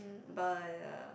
but